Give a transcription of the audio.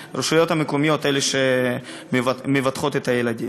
המקומיות, אלה שמבטחות את הילדים.